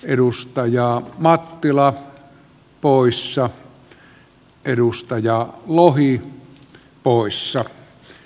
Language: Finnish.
edustaja pohjana on hallintovaliokunnan mietintö